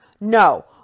No